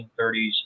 1930s